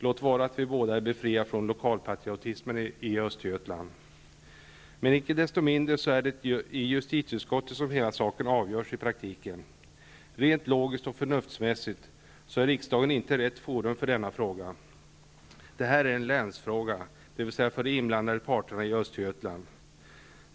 Låt vara att vi båda är befriade från lokalpatriotismen i Men icke desto mindre är det i justitieutskottet som hela saken i praktiken avgörs. Rent logiskt och förnuftsmässigt är riksdagen inte rätt forum för denna fråga. Det här är en länsfråga, dvs. en fråga för de inblandade parterna i Östergötland.